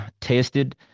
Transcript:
tested